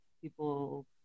People